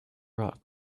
rock